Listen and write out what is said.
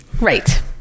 right